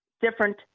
different